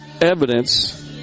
evidence